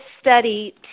study